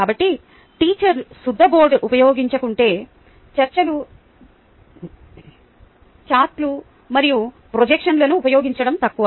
కాబట్టి టీచర్ సుద్దబోర్డును ఉపయోగించడం కంటే చార్టులు మరియు అం ప్రొజెక్షన్లను ఉపయోగించడం తక్కువ